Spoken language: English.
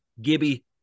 Gibby